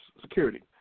Security